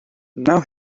now